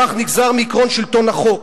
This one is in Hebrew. כך נגזר מעקרון שלטון החוק.